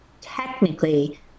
technically